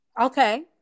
Okay